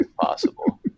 possible